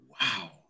wow